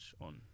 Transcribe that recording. on